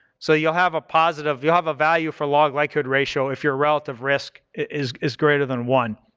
so you'll have a positive, you'll have a value for log likelihood ratio if your relative risk is is greater than one.